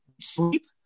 sleep